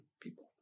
people